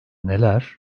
neler